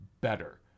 better